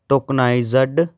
tokenised